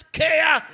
care